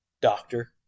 Doctor